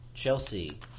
Chelsea